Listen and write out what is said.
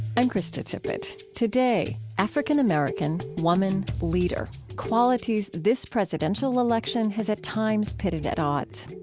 i'm krista tippett. today, african-american, woman, leader, qualities this presidential election has at times pitted at odds.